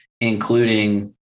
including